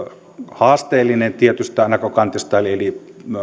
haasteellinen tietystä näkökantista eli eli